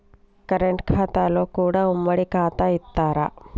Current ఖాతాలో కూడా ఉమ్మడి ఖాతా ఇత్తరా?